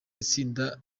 itsinda